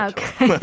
Okay